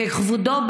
וכבודו,